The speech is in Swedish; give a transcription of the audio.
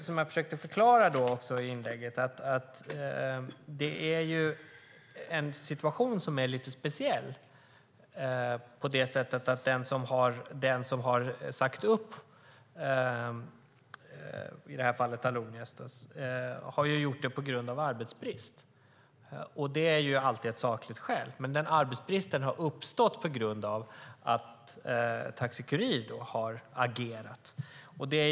Som jag försökte förklara är situationen lite speciell på det sättet att den som har sagt upp i det här fallet Allonias har gjort det på grund av arbetsbrist, som alltid är ett sakligt skäl. Men den arbetsbristen har uppstått på grund av att Taxi Kurir har agerat.